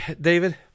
David